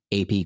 AP